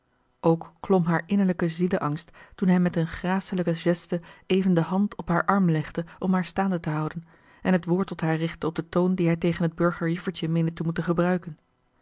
ook klom haar innerlijke zieleangst toen hij met eene gracelijke geste even de hand op haar arm legde om haar staande te houden en het woord tot haar richtte op den toon dien hij tegen het burger juffertje meende te moeten gebruiken